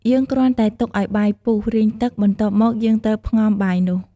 យើងគ្រាន់តែទុកឱ្យបាយពុះ រីងទឹក បន្ទាប់មកយើងត្រូវផ្ងំបាយនោះ។